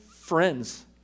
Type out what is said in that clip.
friends